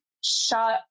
shot